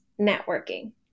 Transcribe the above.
networking